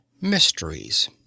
Mysteries